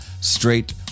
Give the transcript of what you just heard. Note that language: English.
straight